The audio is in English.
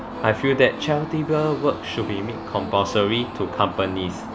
I feel that charitable work should be made compulsory to companies